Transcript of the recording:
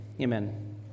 Amen